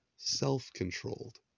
self-controlled